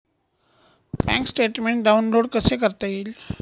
Bank statement download कसे करता येईल?